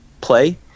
play